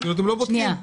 אתם לא בודקים.